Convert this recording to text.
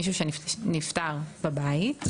מישהו שנפטר בבית,